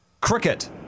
cricket